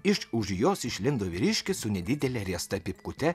iš už jos išlindo vyriškis su nedidele riesta pypkute